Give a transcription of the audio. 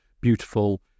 beautiful